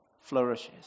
flourishes